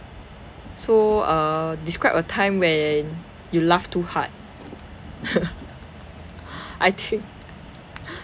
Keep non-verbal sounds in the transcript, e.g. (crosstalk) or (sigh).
so uh describe a time when you laughed too hard (laughs) I think